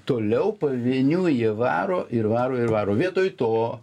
toliau pavieniui jie varo ir varo ir varo vietoj to